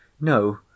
No